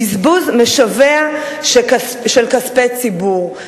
בזבוז משווע של כספי ציבור,